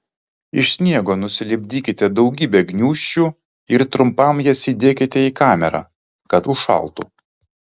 iš sniego nusilipdykite daugybę gniūžčių ir trumpam jas įdėkite į kamerą kad užšaltų